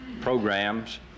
programs